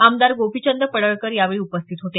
आमदार गोपीचंद पडळकर यावेळी उपस्थित होते